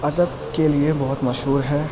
ادب کے لیے بہت مشہور ہے